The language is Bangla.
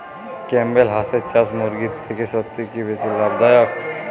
ক্যাম্পবেল হাঁসের চাষ মুরগির থেকে সত্যিই কি বেশি লাভ দায়ক?